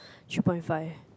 three point five